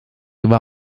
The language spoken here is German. war